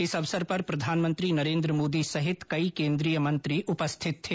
इस अवसर पर प्रधानमंत्री नरेन्द्र मोदी सहित कई केन्द्रीय मंत्री उपस्थित थे